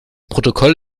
protokoll